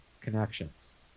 connections